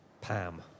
Pam